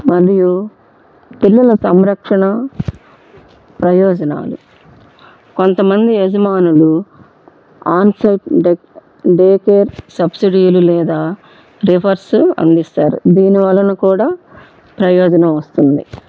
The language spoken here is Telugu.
మరియు పిల్లల సంరక్షణ ప్రయోజనాలు కొంతమంది యజమానులు ఆన్సర్ డే కేర్ సబ్సిడీలు లేదా రిఫర్స్ అందిస్తారు దీని వలన కూడా ప్రయోజనం వస్తుంది